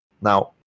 Now